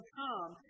come